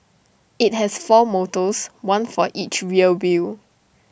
IT has four motors one for each rear wheel